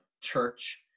church